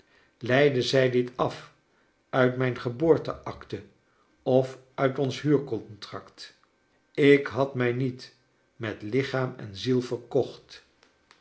leidde zij dit af uit mijn geboorteacte of uit ons huurcontract ik had mij niet met lichaam en ziel verkocht